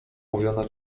mówiono